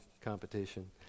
competition